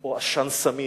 או עשן סמיך.